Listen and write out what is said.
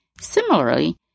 Similarly